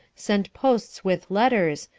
sent posts with letters,